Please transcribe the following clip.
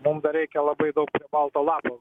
mum dar reikia labai daug balto lapo